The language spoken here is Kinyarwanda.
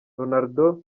ronaldo